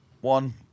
one